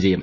വിജയം